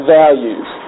values